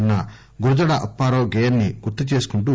అన్న గురజాడ అప్పారావు గేయాన్ని గుర్తు చేసుకుంటూ